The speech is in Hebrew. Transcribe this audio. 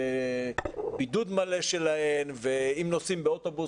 בידוד מלא ואם נוסעים באוטובוס,